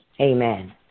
Amen